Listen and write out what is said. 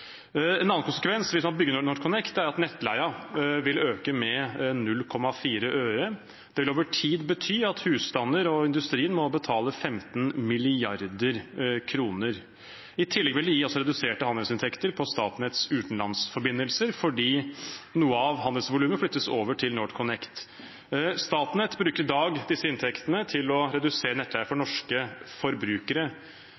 En annen konsekvens hvis man bygger NorthConnect, er at nettleien vil øke med 0,4 øre. Det vil over tid bety at husstandene og industrien må betale 15 mrd. kr. I tillegg vil det gi reduserte handelsinntekter fra Statnetts utenlandsforbindelser fordi noe av handelsvolumet flyttes over til NorthConnect. Statnett bruker i dag disse inntektene til å redusere nettleien for